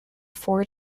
four